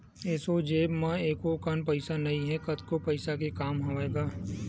एसो जेब म एको कन पइसा नइ हे, कतको पइसा के काम हवय गा